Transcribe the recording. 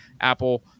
Apple